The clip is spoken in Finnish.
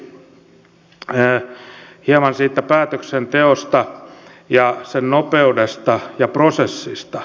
lopuksi hieman siitä päätöksenteosta ja sen nopeudesta ja prosessista